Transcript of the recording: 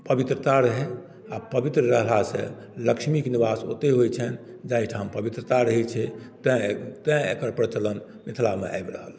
पवित्रता रहय आ पवित्र रहलासँ लक्ष्मीके निवास ओतहि होइत छनि जाहिठाम पवित्रता रहैत छै तैँ तैँ एकर प्रचलन मिथिलामे आबि रहल अछि